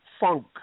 Funk